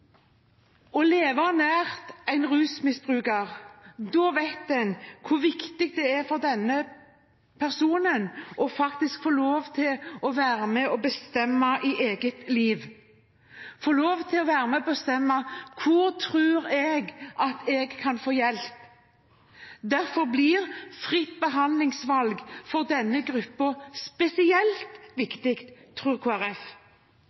en rusmisbruker, vet en hvor viktig det er for denne personen faktisk å få lov til å være med og bestemme i eget liv, få lov til å være med og bestemme hvor en tror en kan få hjelp. Derfor blir fritt behandlingsvalg for denne gruppen spesielt